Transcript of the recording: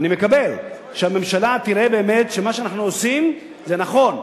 אני מקבל שהממשלה תראה באמת שמה שאנחנו עושים זה נכון.